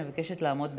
אני מבקשת לעמוד בזמנים.